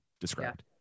described